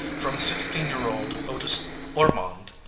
from sixteen-year-old otis ormonde,